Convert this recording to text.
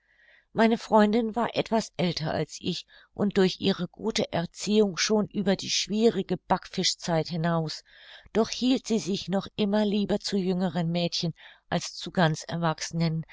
meine freundin war etwas älter als ich und durch ihre gute erziehung schon über die schwierige backfischzeit hinaus doch hielt sie sich noch immer lieber zu jüngeren mädchen als zu ganz erwachsenen